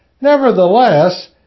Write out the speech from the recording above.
Nevertheless